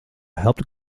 helped